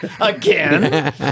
Again